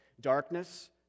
darkness